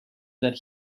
that